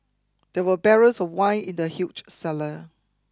there were barrels of wine in the huge cellar